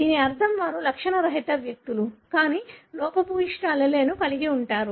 దీని అర్థం వారు లక్షణరహిత వ్యక్తులు కానీ లోపభూయిష్ట alleleను కలిగి ఉంటారు